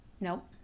Nope